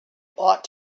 ought